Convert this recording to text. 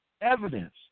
evidence